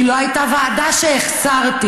כי לא הייתה ועדה שהחסרתי,